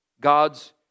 God's